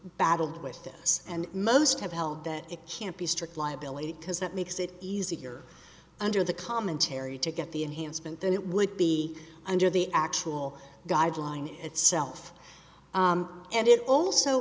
battled with this and most have held that it can't be strict liability because that makes it easier under the commentary to get the enhancement than it would be under the actual guideline itself and it also